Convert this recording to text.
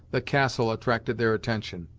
the castle attracted their attention.